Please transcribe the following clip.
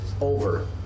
over